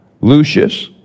Lucius